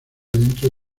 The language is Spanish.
dentro